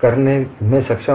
करने में सक्षम हैं